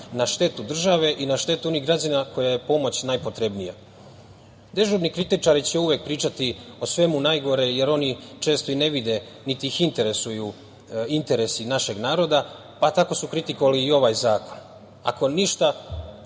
na štetu države i na štetu onih građana kojima je pomoć najpotrebnija.Dežurni kritičari će uvek pričati o svemu najgore, jer oni često i ne vide, niti ih interesuju interesi našeg naroda, pa, tako su kritikovali i ovaj zakon. Često imaju